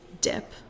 dip